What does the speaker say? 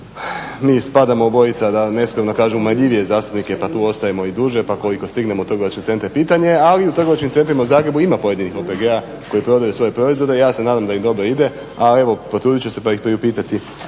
mi spadamo obojica da neskromno kažem marljivije zastupnike pa tu ostajemo i duže pa koliko stignemo u trgovačke centre pitanje je ali u trgovačkim centrima u Zagrebu ima pojedinih OPG-a koji prodaju svoje proizvode. Ja se nadam da m dobro ide a evo potrudit ću se pa ih priupitati